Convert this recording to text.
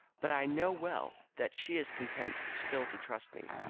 but i know well that she is content still to trust me.